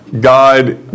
God